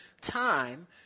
time